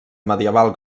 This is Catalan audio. medieval